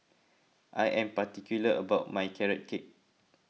I am particular about my Carrot Cake